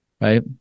Right